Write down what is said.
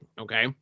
okay